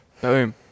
boom